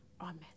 Amen